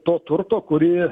to turto kurį